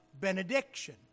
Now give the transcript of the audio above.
benediction